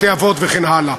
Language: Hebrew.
בתי-אבות וכן הלאה.